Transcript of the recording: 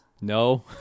No